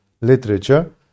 literature